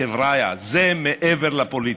חבריא, זה מעבר לפוליטיקה.